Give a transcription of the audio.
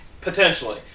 Potentially